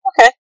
Okay